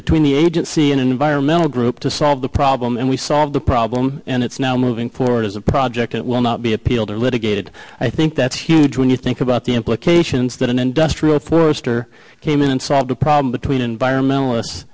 between the agency an environmental group to solve the problem and we solved the problem and it's now moving forward as a project it will not be appealed or litigated i think that's huge when you think about the implications that an industrial or came in and solve the problem between environmentalist